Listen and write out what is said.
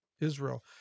Israel